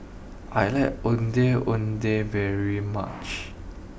I like Ondeh Ondeh very much